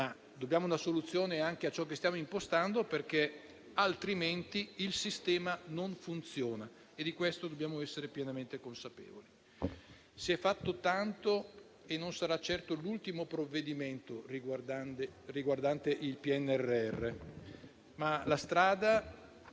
dobbiamo una soluzione anche per ciò che stiamo impostando, altrimenti il sistema non funziona e di questo dobbiamo essere pienamente consapevoli. Si è fatto tanto e questo non sarà certo l'ultimo provvedimento riguardante il PNRR,